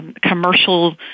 commercial